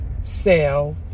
sale